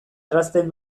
errazten